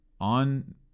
on